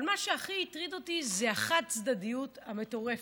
אבל מה שהכי הטריד אותי זה החד-צדדיות המטורפת.